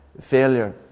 failure